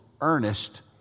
earnest